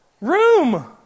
room